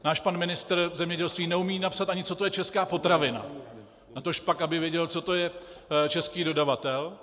Náš pan ministr zemědělství neumí napsat, ani co to je česká potravina, natožpak aby věděl, co to je český dodavatel.